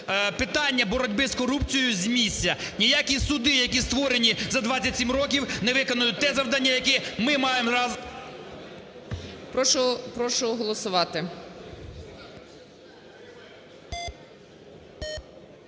питання боротьби корупції з місця. Ніякі суди, які створені за 27 років, не виконають те завдання, яке ми маємо разом… ГОЛОВУЮЧИЙ. Прошу голосувати.